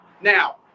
Now